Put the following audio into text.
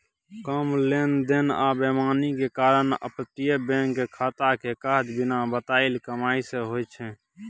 कम लेन देन आ बेईमानी के कारण अपतटीय बैंक के खाता के काज बिना बताएल कमाई सँ होइ छै